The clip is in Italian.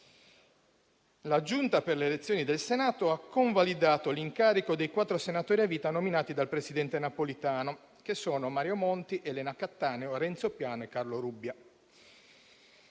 la Giunta per le elezioni del Senato ha convalidato l'incarico di senatori a vita nominati dal Presidente Napolitano, ossia Elena Cattaneo, Renzo Piano e Carlo Rubbia.